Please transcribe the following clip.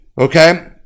Okay